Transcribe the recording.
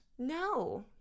No